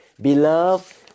Beloved